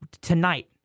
Tonight